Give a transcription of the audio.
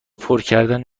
پرکردن